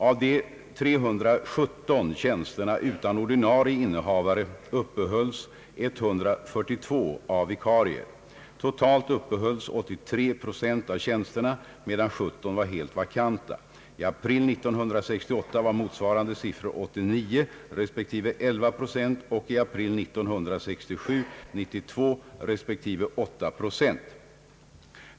Av de 317 tjänsterna utan ordinarie innehavare uppehölls 142 av vikarier. Totalt uppehölls 83 procent av tjänsterna, medan 17 procent var helt vakanta. I april 1968 var motsvarande siffror 89 resp. 11 procent och i april 1967 92 resp. 8 procent.